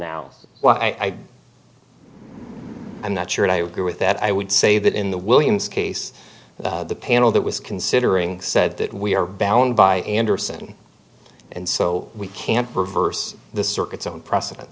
now well i am not sure i agree with that i would say that in the williams case the panel that was considering said that we are bound by andersen and so we can't reverse the circuits on preceden